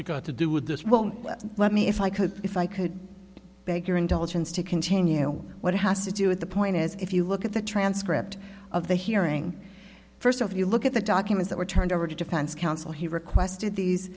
he got to do with this well let me if i could if i could beg your indulgence to continue what has to do with the point is if you look at the transcript of the hearing first if you look at the documents that were turned over to defense counsel he requested these